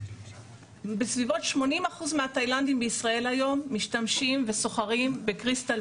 בסביבות 80 אחוזים מהתאילנדים בישראל היום משתמשים וסוחרים בקריסטל